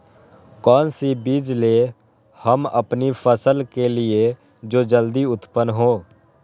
कौन सी बीज ले हम अपनी फसल के लिए जो जल्दी उत्पन हो?